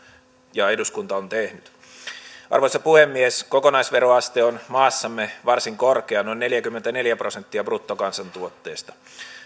ja eduskunta jo tehneet arvoisa puhemies kokonaisveroaste on maassamme varsin korkea noin neljäkymmentäneljä prosenttia bruttokansantuotteesta